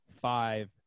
Five